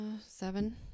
Seven